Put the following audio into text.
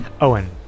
Owen